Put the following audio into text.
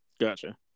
Gotcha